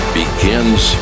begins